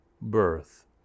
birth